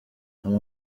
aya